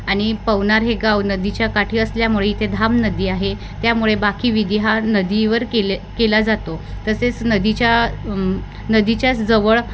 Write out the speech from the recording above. आणि पवणार हे गाव नदीच्या काठी असल्यामुळे इथे धाम नदी आहे त्यामुळे बाकी विधी हा नदीवर केले केला जातो तसेच नदीच्या नदीच्याच जवळ